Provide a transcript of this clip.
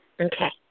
Okay